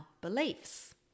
beliefs